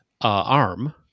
arm